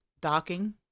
docking